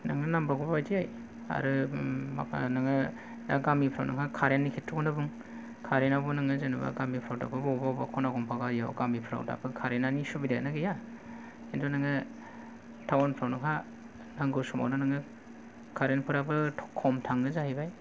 नोङो नांबावगौ बायदियै आरो नोङो दा गामिफ्राव नोंहा खारेन्ट नि खेत्र'आवनो बुं खारेन्टावबो नोङो जेनेबा गामिफोर दाबो बबेबा बबेबा खना खमबा गारियाव गामिफ्राव दाबो खारेन्टनो सुबिदायानो गैया खिन्थु नोङो टाउन फ्राव नोंहा नांगौ समावनो नोङो खारेन्ट फोराबो नोङो खम थाङो जाहैबाय